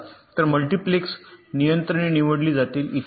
तर मल्टिप्लेक्स नियंत्रणे निवडली जातील इत्यादी